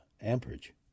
amperage